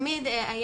היה